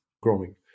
growing